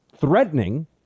threatening